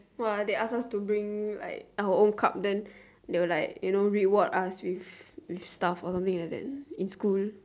!wah! they ask us to bring like our own cup then they will like you know reward us with stuff or something like that in school